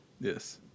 Yes